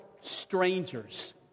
strangers